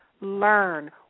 Learn